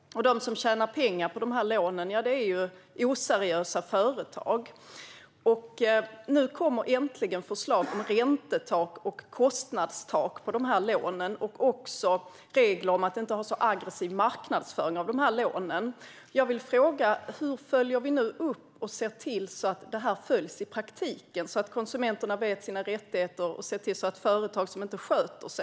De som tjänar pengar på lånen är oseriösa företag. Nu kommer äntligen förslag om räntetak och kostnadstak på lånen och också regler om att inte ha så aggressiv marknadsföring av lånen. Jag vill fråga: Hur följer vi nu upp och ser till att det följs i praktiken så att konsumenterna vet sina rättigheter och att vi kan sätta dit de företag som inte sköter sig?